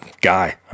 guy